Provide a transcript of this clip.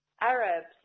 Arabs